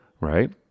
Right